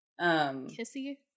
Kissy